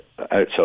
outside